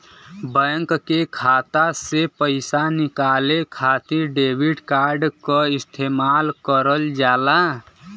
bank के खाता से पइसा निकाले खातिर डेबिट कार्ड क इस्तेमाल करल जाला